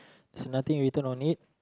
there's nothing written on it